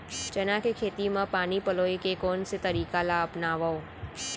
चना के खेती म पानी पलोय के कोन से तरीका ला अपनावव?